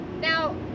Now